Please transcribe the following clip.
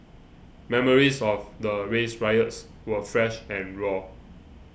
memories of the race riots were fresh and raw